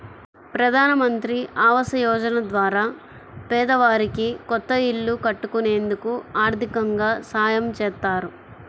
ప్రధానమంత్రి ఆవాస యోజన ద్వారా పేదవారికి కొత్త ఇల్లు కట్టుకునేందుకు ఆర్దికంగా సాయం చేత్తారు